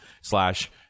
slash